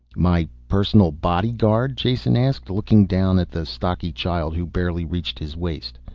my personal bodyguard? jason asked, looking down at the stocky child who barely reached his waist.